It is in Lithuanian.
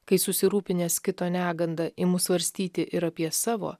kai susirūpinęs kito neganda imu svarstyti ir apie savo